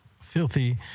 Filthy